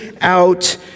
out